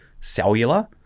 cellular